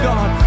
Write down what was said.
God